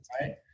Right